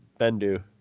Bendu